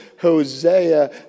Hosea